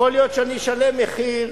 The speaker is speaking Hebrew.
יכול להיות שאני אשלם מחיר,